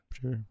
Sure